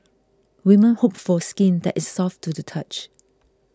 women hope for skin that is soft to the touch